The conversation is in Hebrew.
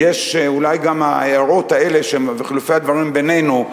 אולי גם ההערות האלה של חילופי הדברים בינינו,